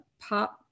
pop